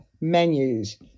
menus